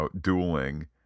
dueling